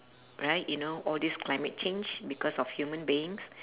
right you know all these climate change because of human beings